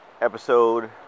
episode